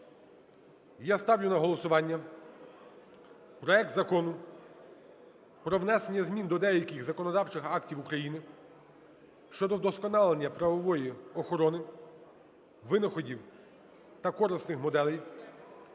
Я ставлю на голосування проект Закону про внесення змін до деяких законодавчих актів України щодо вдосконалення правової охорони, винаходів та корисних моделей